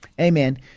Amen